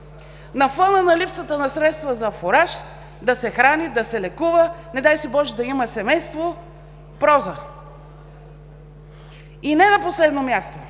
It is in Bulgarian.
На фона на липсата на средства за фураж – да се храни, да се лекува, не дай си боже да има семейство... Проза?! Не на последно място,